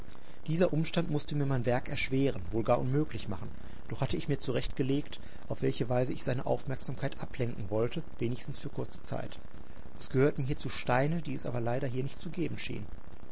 dieser umstand mußte mir mein werk erschweren wohl gar unmöglich machen doch hatte ich mir zurecht gelegt auf welche weise ich seine aufmerksamkeit ablenken wollte wenigstens für kurze zeit es gehörten hierzu steine die es aber leider hier nicht zu geben schien